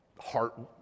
heart